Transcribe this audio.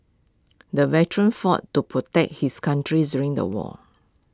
the veteran fought to protect his country during the war